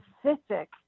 specific